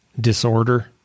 disorder